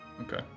Okay